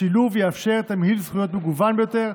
השילוב יאפשר תמהיל זכויות מגוון ביותר,